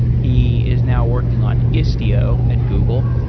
he is now working on istio at google,